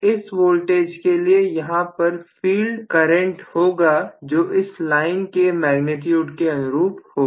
इस वोल्टेज के लिए यहां पर फील्ड करें होगा जो इस लाइन के मेग्नीट्यूड के अनुरूप होगा